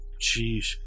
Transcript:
Jeez